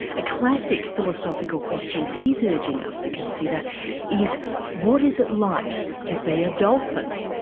a classic philosophical question he's urging us to consider is what is it like to be a dolphin?